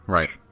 Right